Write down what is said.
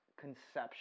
conception